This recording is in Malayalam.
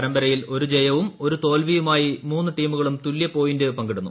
പരമ്പരയിൽ ഒരു ജയവും ഒരു തോൽവിയുമായി മൂന്ന് ടീമുകളും തുല്യ പോയിന്റ് പങ്കിടുന്നു